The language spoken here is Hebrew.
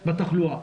בתחלואה.